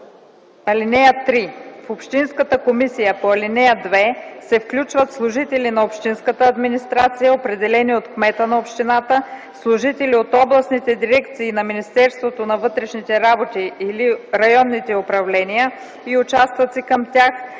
(3) В общинската комисия по ал. 2 се включват служители на общинската администрация, определени от кмета на общината, служители от областните дирекции на Министерството на вътрешните работи или районните управления и участъци към тях,